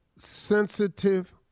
sensitive